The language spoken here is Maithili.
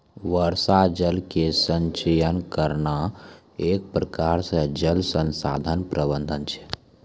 वर्षा जल के संचयन करना एक प्रकार से जल संसाधन प्रबंधन छै